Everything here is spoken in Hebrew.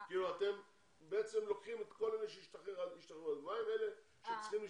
אתם בעצם לוקחים את כל אלה שהשתחררו אבל מה עם אלה שצריכים להשתחרר?